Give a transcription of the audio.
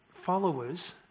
followers